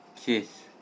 Kiss